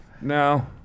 no